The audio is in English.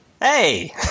Hey